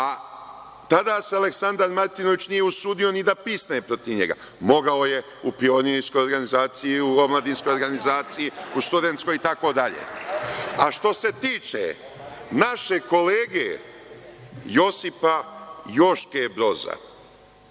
A tada se Aleksandar Martinović nije usudio ni da pisne protiv njega, mogao je u pionirskoj organizaciji, u omladinskoj organizaciji, u studentskoj i tako dalje.A što se tiče našeg kolege Josipa Joške Broza,